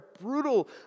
brutal